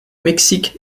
mexique